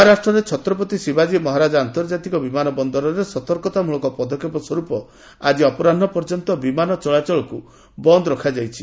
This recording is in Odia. ମହାରାଷ୍ଟ୍ରରେ ଛତ୍ରପତି ଶିବାଜୀ ମହାରାଜ ଆନ୍ତର୍ଜାତିକ ବିମାନ ବନ୍ଦରରେ ସତର୍କତାମୂଳକ ପଦକ୍ଷେପ ସ୍ୱରୂପ ଆଜି ଅପରାହ୍ନ ପର୍ଯ୍ୟନ୍ତ ବିମାନ ଚଳାଚଳକୁ ବନ୍ଦ ରଖାଯାଇଛି